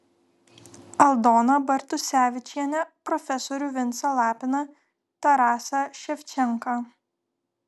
aldoną bartusevičienę profesorių vincą lapiną tarasą ševčenką